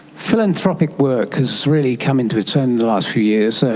philanthropic work has really come into its own in the last few years. and